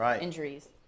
injuries